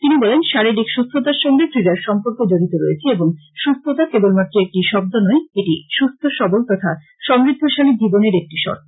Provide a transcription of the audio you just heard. তিনি বলেন শারিরীক সুস্থতার সঙ্গে ক্রীড়ার সম্পর্ক জড়িত রয়েছে এবং সুস্থতা কেবলমাত্র একটি শব্দ নয় এটি সুস্থ সবল তথা সমৃদ্ধশালী জীবনের একটি সর্ত